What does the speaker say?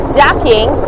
ducking